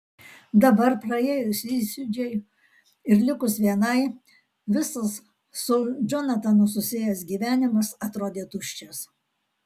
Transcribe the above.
dabar praėjus įsiūčiui ir likus vienai visas su džonatanu susijęs gyvenimas atrodė tuščias